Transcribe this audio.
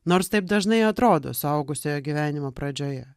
nors taip dažnai atrodo suaugusiojo gyvenimo pradžioje